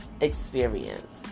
experience